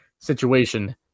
situation